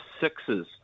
sixes